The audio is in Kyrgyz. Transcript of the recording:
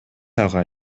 ага